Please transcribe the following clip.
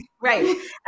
Right